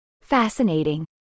Fascinating